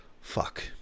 Fuck